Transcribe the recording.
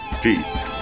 peace